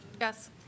Yes